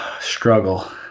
Struggle